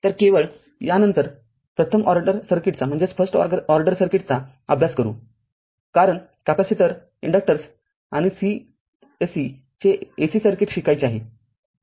तर केवळ या नंतर प्रथम ऑर्डर सर्किटचा अभ्यास करू कारणकॅपेसिटर इंडक्टर्स आणि c se चे AC सर्किट शिकायचे आहेत